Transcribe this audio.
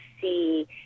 see